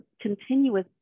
continuous